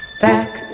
back